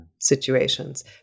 situations